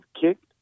kicked